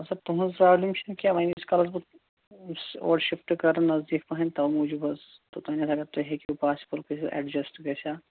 سر تُہٕنٛز پرٛابلِم چھِ نہٕ کیٚنٛہہ وۅنۍ ییٖتِس کالَس بہٕ اور شِفٹہٕ کَرٕ نٔزدیٖک پَہم تَوَے موٗجوٗب حظ توٚتام اگر تُہۍ ہیٚکِہو پاسِبٕل گٔژھِتھ ایٚڈجَسٹہٕ گَژھِ ہا